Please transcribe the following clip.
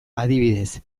adibidez